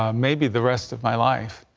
um maybe the rest of my life.